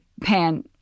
pan